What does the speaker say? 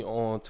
on